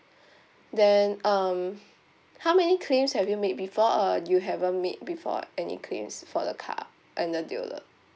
then um how many claims have you made before or you haven't made before any claims for the car and the dealer